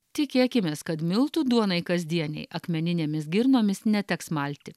tikėkimės kad miltų duonai kasdienei akmeninėmis girnomis neteks malti